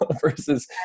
versus